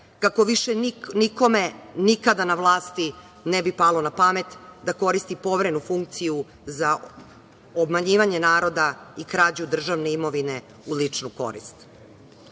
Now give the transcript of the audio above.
kako više nikome nikada na vlasti ne bi palo na pamet da koristi poverenu funkciju za obmanjivanje naroda i krađu državne imovine u ličnu